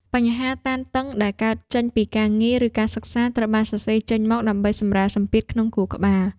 បញ្ហាតានតឹងដែលកើតចេញពីការងារ ឬការសិក្សា ត្រូវបានសរសេរចេញមកដើម្បីសម្រាលសម្ពាធក្នុងខួរក្បាល។